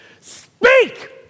speak